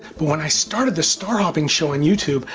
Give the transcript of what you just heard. but when i started the star hopping show on youtube,